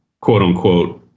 quote-unquote